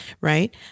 right